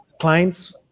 clients